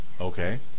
Okay